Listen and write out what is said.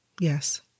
Yes